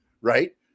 right